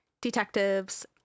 Detectives